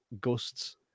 ghosts